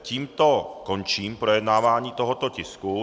Tímto končím projednávání tohoto tisku.